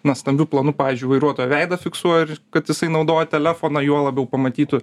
na stambiu planu pavyzdžiui vairuotojo veidą fiksuoja ir kad jisai naudoja telefoną juo labiau pamatytų